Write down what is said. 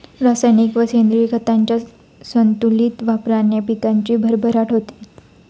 रासायनिक व सेंद्रिय खतांच्या संतुलित वापराने पिकाची भरभराट होते